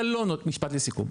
משפט לסיכום.